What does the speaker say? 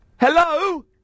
Hello